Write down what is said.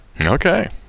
Okay